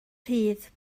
rhydd